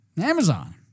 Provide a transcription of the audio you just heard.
Amazon